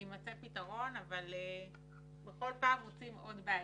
יימצא פתרון אבל בכל פעם מוצאים עוד בעיות.